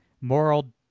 moral